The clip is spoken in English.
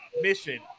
Mission